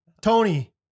Tony